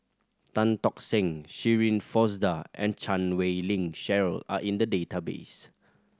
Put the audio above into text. Tan Tock Seng Shirin Fozdar and Chan Wei Ling Cheryl are in the database